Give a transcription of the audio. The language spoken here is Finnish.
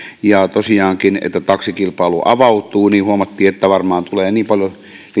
ja kun tosiaankin taksikilpailu avautuu niin huomattiin että varmaan tulee niin paljon